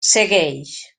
segueix